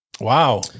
Wow